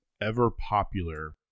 ever-popular